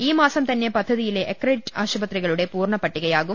ഈ മാസം തന്നെ പദ്ധതിയിലെ അക്രഡിറ്റ് ആശുപത്രികളുടെ പൂർണ്ണ പട്ടികയാകും